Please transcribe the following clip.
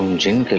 genie?